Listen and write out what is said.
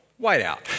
whiteout